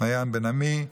מעיין בן עמי,